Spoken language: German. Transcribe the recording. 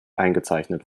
eingezeichnet